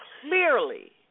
clearly